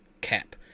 cap